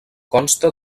consta